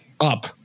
up